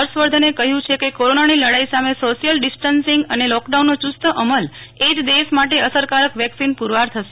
હર્ષવર્ધન કહયું ક કોરોના લડાઈ સામે સોશિયલ ડીસ્ટન્સિંગ અને લોક ડાઉન નો ચસ્ત અમલ એ જ દેશ માટે અસરકારક વેકિસન પુરવાર થશે